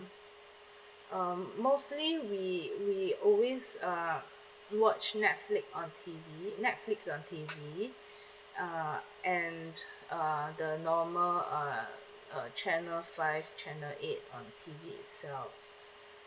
um mostly we we always uh watch netflix on T_V netflix on T_V uh and uh the normal uh uh channel five channel eight on T_V itself